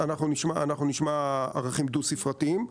אנחנו נשמע ערכים דו ספרתיים,